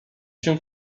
się